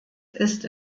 ist